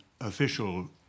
official